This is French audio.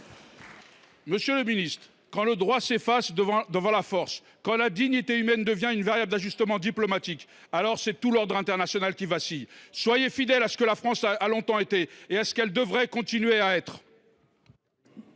Monsieur le ministre, quand le droit s’efface devant la force, quand la dignité humaine devient une variable d’ajustement diplomatique, c’est tout l’ordre international qui vacille ! Soyez fidèles à ce que la France a longtemps été et à ce qu’elle devrait rester ! La